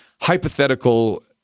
hypothetical